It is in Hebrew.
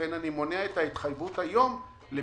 לכן אני מונע את ההתחייבות היום לביצוע